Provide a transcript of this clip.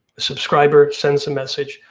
the subscriber sends a message,